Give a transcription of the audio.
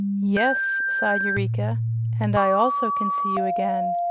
yes, sighed eureka and i also can see you again,